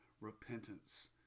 repentance